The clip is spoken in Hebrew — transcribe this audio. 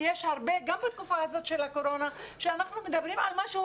בתקופה הזאת של הקורונה אנחנו מדברים על משהו,